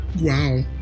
Wow